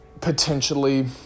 potentially